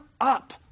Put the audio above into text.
up